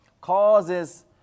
causes